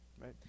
right